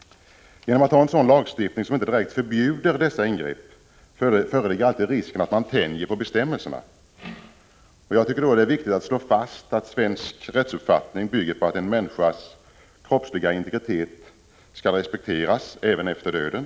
Då vi har en lagstiftning som inte direkt förbjuder dessa ingrepp, föreligger alltid risken att man tänjer på bestämmelserna. Jag tycker det är viktigt att slå fast att svensk rättsuppfattning bygger på att en människas kroppsliga integritet skall respekteras även efter döden.